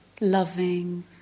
loving